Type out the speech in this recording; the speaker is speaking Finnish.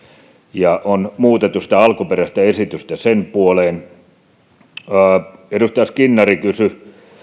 ja on muutettu alkuperäistä esitystä sen osalta edustaja skinnari kysyi